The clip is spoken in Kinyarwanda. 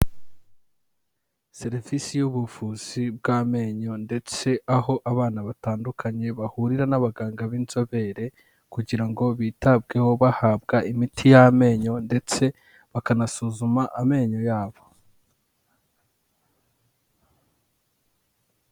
Serivisi y'ubuvuzi bw'amenyo ndetse aho abana batandukanye bahurira n'abaganga b'inzobere kugira ngo bitabweho bahabwa imiti y'amenyo ndetse bakanasuzuma amenyo y'abo.